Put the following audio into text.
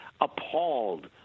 appalled